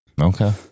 okay